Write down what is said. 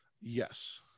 Yes